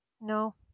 No